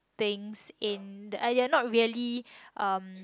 things in the ya they are not really um